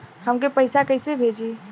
हमके पैसा कइसे भेजी?